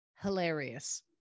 Hilarious